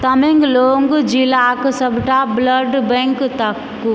तामेंगलोंग जिलाक सबटा blood bank ताकू